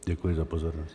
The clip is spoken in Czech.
Děkuji za pozornost.